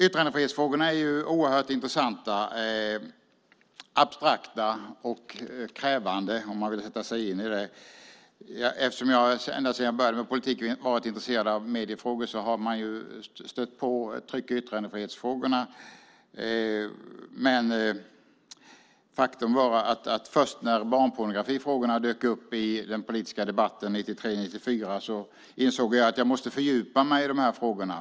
Yttrandefrihetsfrågorna är ju oerhört intressanta, abstrakta och krävande om man vill sätta sig in i dem. Ända sedan jag började med politiken har jag varit intresserad av mediefrågor och har stött på tryck och yttrandefrihetsfrågorna. Det var först när barnpornografifrågorna dök upp i den politiska debatten 1993-1994 som jag insåg att jag måste fördjupa mig i frågorna.